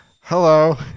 Hello